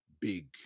big